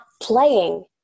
playing